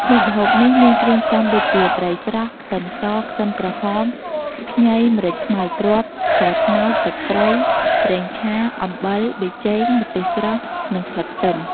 មុខម្ហូបនេះមានគ្រឿងផ្សំដូចជា ត្រីស្រស់ ខ្ទឹមស ខ្ទឹមក្រហម ខ្ញី ម្រេចខ្មៅគ្រាប់ ស្ករត្នោត ទឹកត្រី ប្រេងឆា អំបិល ប៊ីចេង ម្ទេសស្រស់ និងស្លឹកខ្ទឹម។